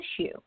issue